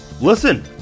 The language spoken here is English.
Listen